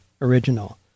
original